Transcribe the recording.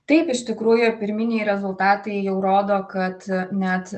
taip iš tikrųjų pirminiai rezultatai jau rodo kad net